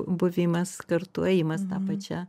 buvimas kartu ėjimas ta pačia